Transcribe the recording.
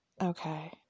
okay